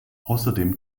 außerdem